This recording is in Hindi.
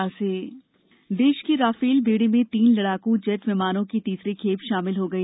राफेल देश के राफेल बेड़े में तीन लड़ाकू जेट विमानों की तीसरी खेप शामिल हो गई